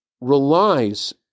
relies